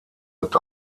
mit